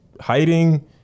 hiding